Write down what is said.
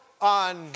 on